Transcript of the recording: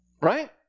Right